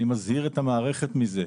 אני מזהיר את המערכת מזה.